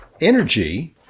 energy